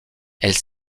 elle